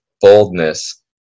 boldness